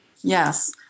Yes